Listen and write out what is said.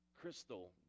crystal